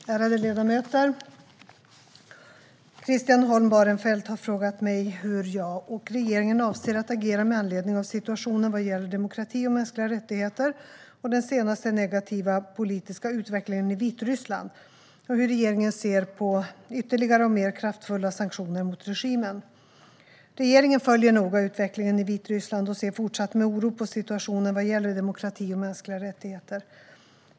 Svar på interpellationer Herr talman! Ärade ledamöter! Christian Holm Barenfeld har frågat mig hur jag och regeringen avser att agera med anledning av situationen vad gäller demokrati och mänskliga rättigheter och den senaste negativa politiska utvecklingen i Vitryssland samt hur regeringen ser på ytterligare och mer kraftfulla sanktioner mot regimen. Regeringen följer noga utvecklingen i Vitryssland och ser med fortsatt oro på situationen vad gäller demokrati och mänskliga rättigheter.